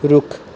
ਰੁੱਖ